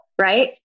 right